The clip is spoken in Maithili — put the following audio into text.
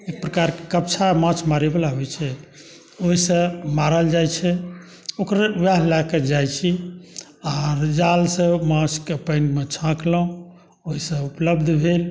एहि प्रकारके कपछा माँछ मारयवला होइत छै ओहिसँ मारल जाइत छै ओकरे उएह लए कऽ जाइत छी आ जालसँ माँछकेँ पानिमे झाकलहुँ ओहिसँ उपलब्ध भेल